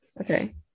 Okay